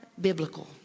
biblical